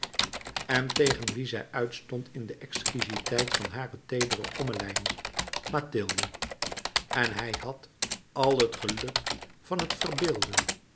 en tegen wie zij uitstond in de exquiziteit van hare teedere ommelijn mathilde en hij had al het geluk van het verbeelden